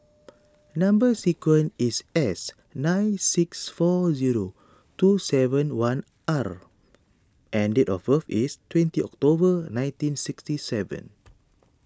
Number Sequence is S nine six four zero two seven one R and date of birth is twenty October nineteen sixty seven